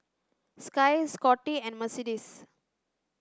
Skye Scottie and Mercedes